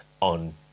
on